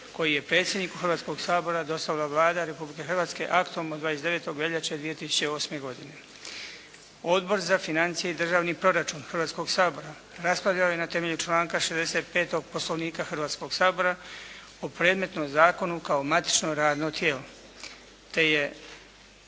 koji je predsjedniku Hrvatskoga sabora dostavila Vlada Republike Hrvatske aktom od 29. veljače 2008. godine. Odbor za financije i državni proračun Hrvatskog sabora raspravljao je na temelju članka 65. Poslovnika Hrvatskoga sabora o predmetnom zakonu kao matično radno tijelo, te je